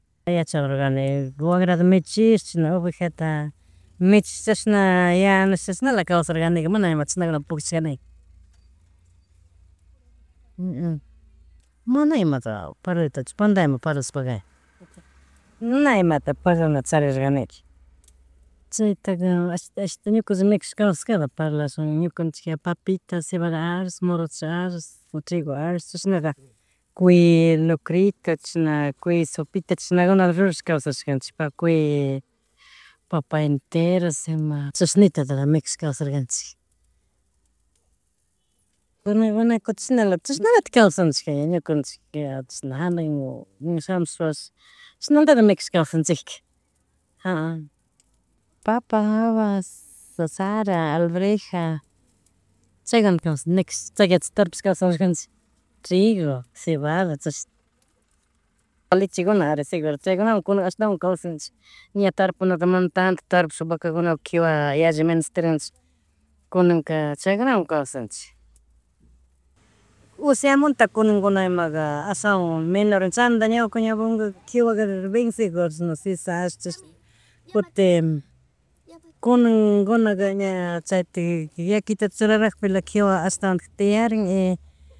yayarugani guagrata michish chishna oveja ta michish, chashna yanush chashnala kawsarkanika mana ima chishnakunaka pukllashkanika. mana imata parlanitach panda ima parlashpaka, na imata parlanata chariganika. Chaytaka ashita, ashita nukanchik mikushpa kawsakala parlashun ñukanchik papitas, cebada arroz, morocho arroz, trigo arroz, chishnata cuy grocrito, chasna cuy sopita, chashnagunata rurashkasaskanchik, pa cuy papa enteras, ima chashnitatala mikush kawsarkanchik. Bueno, mana kutash chashnala, chashnalatik kawsanchik ñukanchikka chashna hana shamushpapish chasnalatik ñukanchik kawsanchigeka ka. Papa, habas sara, alverja, chagunata kawsanchik mikush chay, tarpushpa kaswsador kanchik, trigo, cebada, chashna. Volichikuna ari seguro chaykunawan, kunan, ashtawan kawsanchik. Ña tarpunata mana tanto tarpushpaka, vacakuna kiwa yalli menesteren neshpa. Kunanka chaykunawan kawsanchik. Ushiamnata kunaguna imaga ashawan menoran chaymanta ñuka ñawpantamanta kiwaka bencendor, sisas, chashna, kutin, kunanguna ña chaytik yakituta churarakpila kiwa ashtawan tiarin y